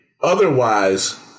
Otherwise